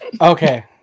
Okay